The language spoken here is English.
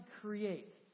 create